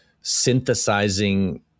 synthesizing